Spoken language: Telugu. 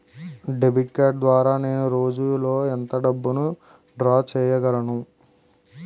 డెబిట్ కార్డ్ ద్వారా నేను రోజు లో ఎంత డబ్బును డ్రా చేయగలను?